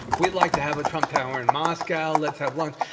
we'd like to have a trump tower in moscow. let's have lunch.